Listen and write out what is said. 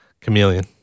Chameleon